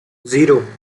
zero